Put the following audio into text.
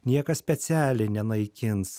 niekas specialiai nenaikins